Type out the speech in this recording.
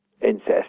incest